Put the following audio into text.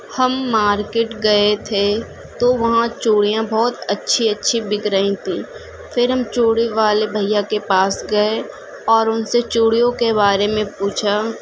ہم مارکیٹ گئے تھے تو وہاں چوڑیاں بہت اچھی اچھی بک رہی تھیں پھر ہم چوڑی والے بھیا کے پاس گئے اور ان سے چوڑیوں کے بارے میں پوچھا